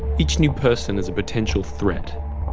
each new person is a potential threat.